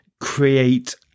create